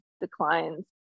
declines